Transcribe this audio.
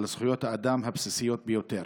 על זכויות האדם הבסיסיות ביותר.